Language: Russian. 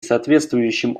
соответствующим